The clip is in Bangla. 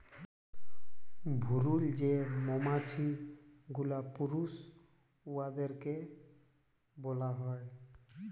ভুরুল যে মমাছি গুলা পুরুষ উয়াদেরকে ব্যলা হ্যয়